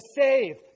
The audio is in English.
save